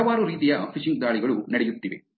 ಹಲವಾರು ರೀತಿಯ ಫಿಶಿಂಗ್ ದಾಳಿಗಳು ನಡೆಯುತ್ತಿವೆ